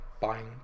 buying